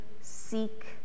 seek